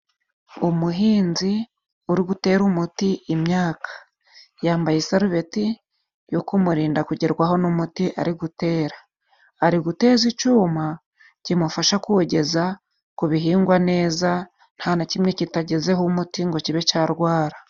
Umuhinzi uri gutera umuti imyaka,. yambaye isarubeti yo kumurinda kugerwaho n'umuti ari gutera. Ari guteza icuma kimufasha kuwugeza ku bihingwa neza, nta na kimwe kitagezeho umuti ngo kibe carwara.